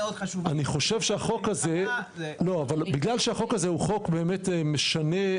בגלל שהחוק הזה הוא חוק באמת משנה,